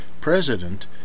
President